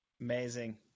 Amazing